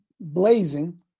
blazing